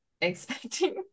expecting